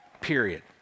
Period